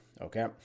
okay